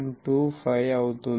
3725 అవుతుంది